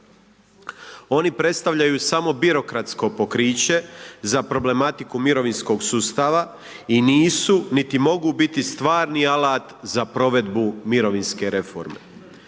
Oni predstavljaju samo birokratsko pokriće za problematiku mirovinskog sustava i nisu niti mogu biti stvarni alat za provedbu mirovinske reforme.